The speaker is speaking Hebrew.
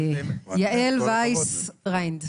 יעל וייס-ריינד.